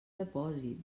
depòsit